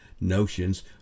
notions